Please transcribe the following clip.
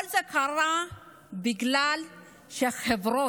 כל זה קרה בגלל שהחברות,